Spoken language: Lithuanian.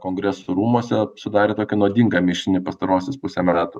kongresų rūmuose sudarė tokį nuodingą mišinį pastaruosius pusę metų